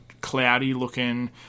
cloudy-looking